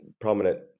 prominent